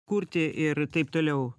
kurti ir taip toliau